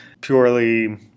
purely